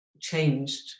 changed